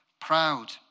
proud